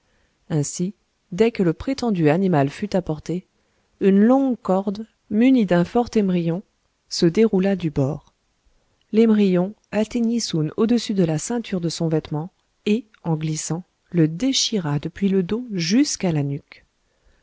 ainsi dès que le prétendu animal fut à portée une longue corde munie d'un fort émerillon se déroula du bord l'émerillon atteignit soun au-dessus de la ceinture de son vêtement et en glissant le déchira depuis le dos jusqu'à la nuque